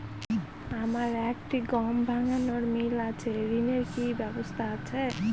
আমার একটি গম ভাঙানোর মিল আছে ঋণের কি ব্যবস্থা আছে?